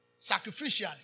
sacrificially